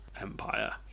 Empire